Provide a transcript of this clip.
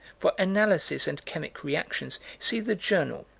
for analysis and chemic reactions, see the journal.